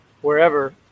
wherever